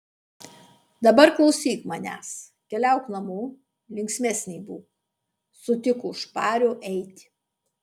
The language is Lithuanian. dabar klausyk manęs keliauk namo linksmesnė būk sutik už pario eiti